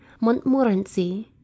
montmorency